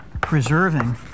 preserving